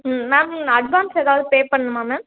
ம் மேம் நான் அட்வான்ஸ் ஏதாவது பே பண்ணணுமா மேம்